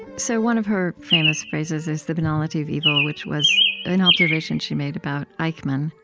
so one of her famous phrases is the banality of evil, which was an observation she made about eichmann,